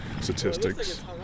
statistics